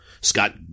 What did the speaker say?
Scott